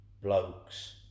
blokes